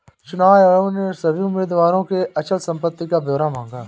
चुनाव आयोग ने सभी उम्मीदवारों से अचल संपत्ति का ब्यौरा मांगा